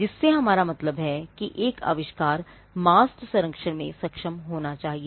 जिससे हमारा मतलब है कि एक आविष्कार मास्क संरक्षण करने में सक्षम होना चाहिए